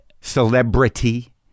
celebrity